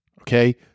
Okay